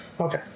Okay